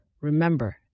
Remember